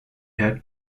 had